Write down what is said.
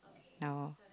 no